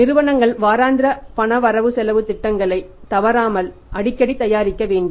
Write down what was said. நிறுவனங்கள் வாராந்திர பண வரவு செலவுத் திட்டங்களை தவறாமல் அடிக்கடி தயாரிக்க வேண்டும்